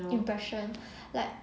impression like